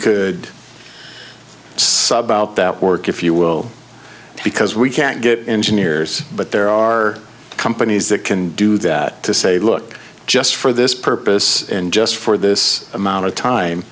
sub out that work if you will because we can't get engineers but there are companies that can do that to say look just for this purpose and just for this amount of time